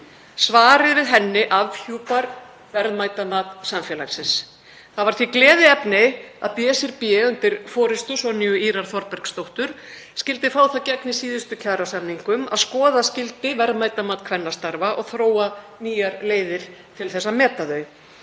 Svarið við henni afhjúpar í raun verðmætamat samfélagsins. Það var því gleðiefni að BSRB, undir forystu Sonju Ýrar Þorbergsdóttur, skyldi fá það í gegn í síðustu kjarasamningum að skoða skyldi verðmætamat kvennastarfa og þróa nýjar leiðir til þess að meta þau,